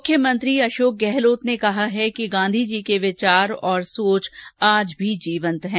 मुख्यमंत्री अशोक गहलोत ने कहा है कि गांधीजी के विचार और और सोच आज भी जीवंत है